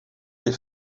des